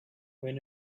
when